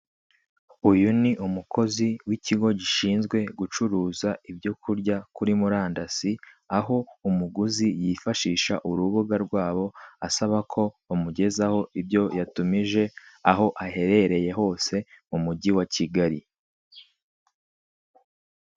Uyu ni umukozi w'ikigo gishinzwe gucuruza ibyo kurya kuri murandasi, aho umuguzi yifashisha uru rubuga rwabo asaba ko bamugezaho ibyo yatumije aho aherereye hose mu mujyi wa kigali.